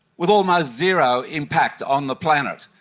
with almost zero impact on the planet,